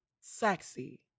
sexy